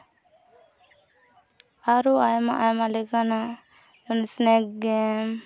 ᱟᱨᱚ ᱟᱭᱢᱟ ᱟᱭᱢᱟ ᱞᱮᱠᱟᱱᱟᱜ ᱥᱱᱮᱠ ᱜᱮᱢ